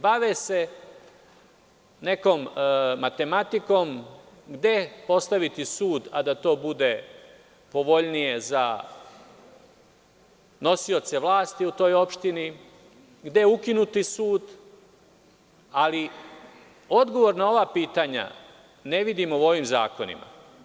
Bave se nekom matematikom, gde postaviti sud, a da to bude povoljnije za nosioce vlasti u toj opštini, gde ukinuti sud, ali odgovor na ova pitanja ne vidim u ovim zakonima.